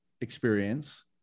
experience